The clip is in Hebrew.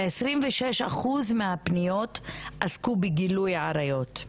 עשרים ושש אחוז מהפניות עסקו בגילוי עריות.